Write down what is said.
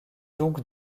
donc